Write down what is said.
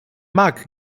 mag